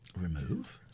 Remove